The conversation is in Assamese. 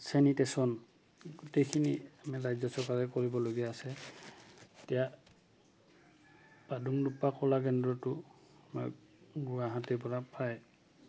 চেনিটেশ্যন গোটেইখিনি আমি ৰাজ্য চৰকাৰে কৰিবলগীয়া আছে এতিয়া বাডুংদুপ্পা কলা কেন্দ্ৰটো আমাৰ গুৱাহাটীৰ পৰা প্ৰায়